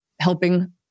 helping